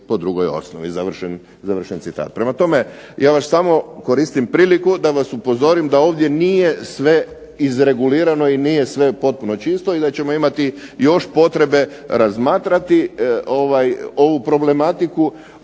po drugoj osnovi." Završen citat. Prema tome, ja samo koristim priliku da vas upozorim da ovdje nije sve izregulirano i nije sve potpuno čisto i da ćemo imati još potrebe razmatrati ovu problematiku,